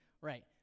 Right